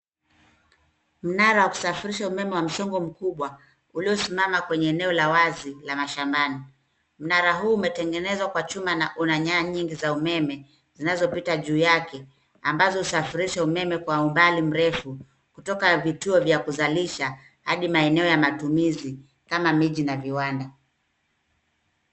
Mnara wa kusafirisha umeme wa msongo mkubwa uliosimama kwenye eneo la wazi la mashambani. Mnara huu umetengenezwa kwa chuma na una nyaya nyingi za umeme zinazopita juu yake ambazo husafirisha umeme kwa umbali mrefu kutoka vituo vya kuzalisha hadi maeneo ya matumizi kama miji na viwanda.